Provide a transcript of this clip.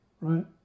right